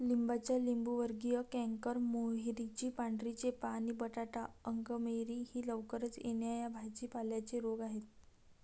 लिंबाचा लिंबूवर्गीय कॅन्कर, मोहरीची पांढरी चेपा आणि बटाटा अंगमेरी हे लवकर येणा या भाजी पाल्यांचे रोग आहेत